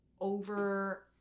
over